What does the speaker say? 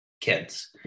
kids